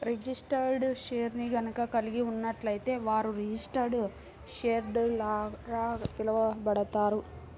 registered షేర్ని గనక కలిగి ఉన్నట్లయితే వారు రిజిస్టర్డ్ షేర్హోల్డర్గా పిలవబడతారు